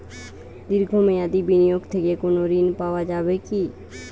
দীর্ঘ মেয়াদি বিনিয়োগ থেকে কোনো ঋন পাওয়া যাবে কী?